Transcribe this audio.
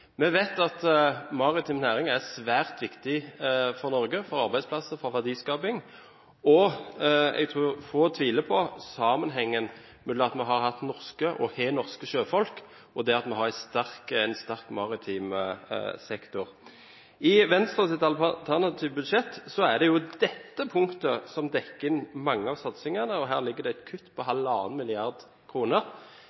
Vi vet at den maritime næringen er svært viktig for Norge – for arbeidsplasser og for verdiskaping – og jeg tror få tviler på at det er en sammenheng mellom at vi har hatt og har norske sjøfolk, og at vi har en sterk maritim sektor. I Venstres alternative budsjett er det dette punktet som dekker mange av satsingene, og her ligger det et kutt på